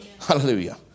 Hallelujah